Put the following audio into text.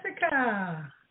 Jessica